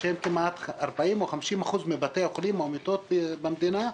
שהם כמעט 40% או 50% מבתי החולים או המיטות במדינה,